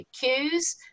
cues